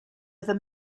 other